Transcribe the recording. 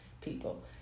people